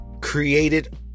created